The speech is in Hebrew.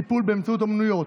טיפול באמצעות אומנויות),